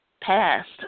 passed